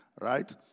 Right